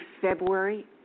February